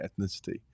ethnicity